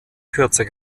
kürzer